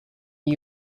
new